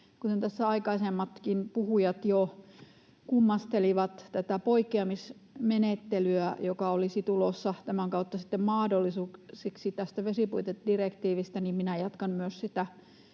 tässä aikaisemmatkin puhujat jo kummastelivat tätä poikkeamismenettelyä, joka olisi tulossa tämän kautta sitten mahdolliseksi tästä vesipuitedirektiivistä, niin myös minä jatkan sitä